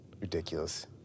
Ridiculous